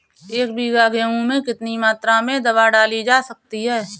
एक बीघा गेहूँ में कितनी मात्रा में दवा डाली जा सकती है?